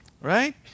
right